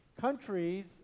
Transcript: Countries